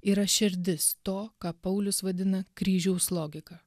yra širdis to ką paulius vadina kryžiaus logika